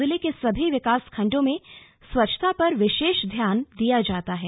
जिले के सभी विकास खण्डों में स्वच्छता पर विशेष ध्यान दिया जाता है